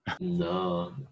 No